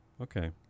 okay